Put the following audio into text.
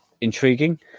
intriguing